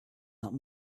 not